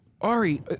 Ari